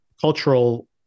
cultural